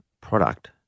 product